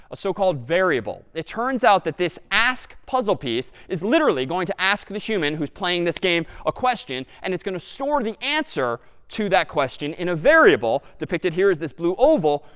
a so-called variable. it turns out that this ask puzzle piece is literally going to ask the human who's playing this game a question, and it's going to store the answer to that question in a variable, depicted here as this blue oval,